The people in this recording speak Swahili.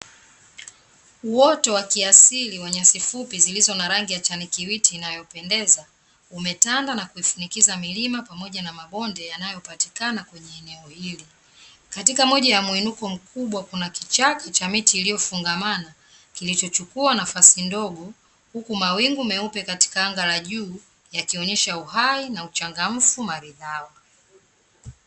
Uoto wa kiasili wa nyasi fupi zilizo na rangi ya chanikiwiti inayopendeza, umetanda na kuifunikiza milima pamoja na mabonde yanayopatikana kwenye eneo hili. Katika moja ya mwinuko mkubwa kuna kichaka cha miti iliyofungamana, kilichochukua nafasi ndogo huku mawingu meupe katika anga la juu yakionyesha uhai na uchangamfu maridhawa.